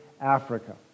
Africa